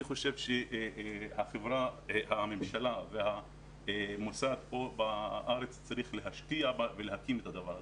אני חושב שהממשלה והממסד פה בארץ צריכים להשקיע בה ולהקים את הדבר הזה.